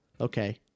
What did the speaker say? okay